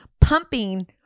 pumping